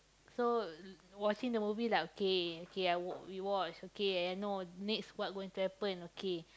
so watching the movie like okay K I wa~ we watch okay I know next what going to happen okay